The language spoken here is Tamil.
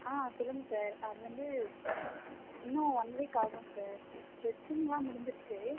ஆ சொல்லுங்கள் சார் அது வந்து இன்னும் ஒன் வீக் ஆகும் சார் ஸ்டிச்சிங்லாம் முடிஞ்சிடுச்சு